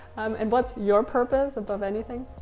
and what's your purpose, above anything?